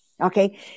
Okay